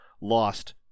lost